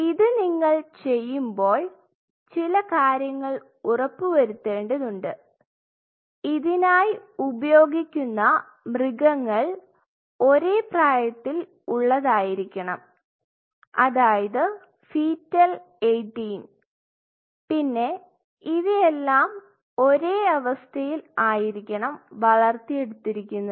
ഇത് നിങ്ങൾ ചെയ്യുമ്പോൾ ചില കാര്യങ്ങൾ ഉറപ്പുവരുത്തേണ്ടതുണ്ട് ഇതിനായി ഉപയോഗിക്കുന്ന മൃഗങ്ങൾ ഒരേ പ്രായത്തിൽ ഉള്ളതായിരിക്കണം അതായത് ഫീറ്റൽ 18 പിന്നെ ഇവയെല്ലാം എല്ലാം ഒരേ അവസ്ഥയിൽ ആയിരിക്കണം വളർത്തി എടുത്തിരിക്കുന്നത്